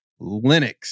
Linux